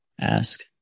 ask